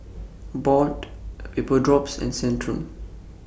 Abbott Vapodrops and Centrum